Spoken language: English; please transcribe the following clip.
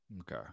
Okay